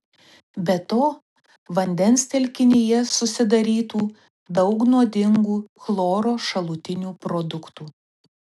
be to vandens telkinyje susidarytų daug nuodingų chloro šalutinių produktų